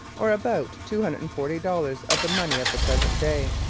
or about two hundred and forty dollars of the money of the present day.